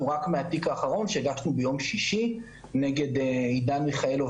רק מהתיק האחרון שהגשנו ביום שישי נגד עידן מיכאילוב